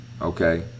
Okay